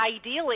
ideally